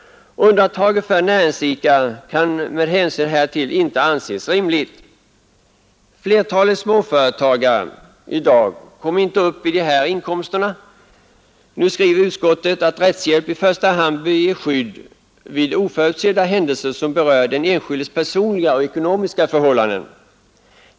Undantaget för näringsidkare kan med hänsyn härtill inte anses rimligt. Flertalet småföretagare kommer i dag inte upp i dessa inkomster. Utskottet skriver att rättshjälpen i första hand bör ge skydd vid oförutsedda händelser som berör den enskildes personliga och ekonomiska förhållanden.